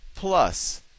plus